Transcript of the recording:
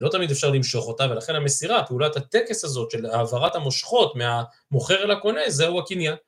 לא תמיד אפשר למשוך אותה, ולכן המסירה, פעולת הטקס הזאת של העברת המושכות מהמוכר אל הקונה, זהו הקניין.